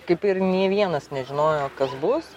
kaip ir nei vienas nežinojo kas bus